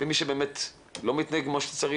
מי שבאמת לא מתנהג כמו שצריך,